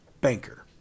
banker